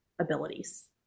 abilities